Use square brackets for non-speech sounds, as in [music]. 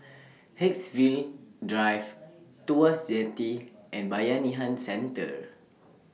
[noise] Haigsville Drive Tuas Jetty and Bayanihan Centre